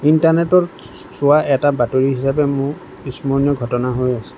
ইণ্টাৰনেটত চোৱা এটা বাতৰি হিচাপে মোৰ স্মৰণীয় ঘটনা হৈ আছে